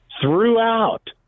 throughout